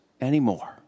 anymore